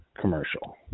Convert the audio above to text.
commercial